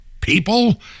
people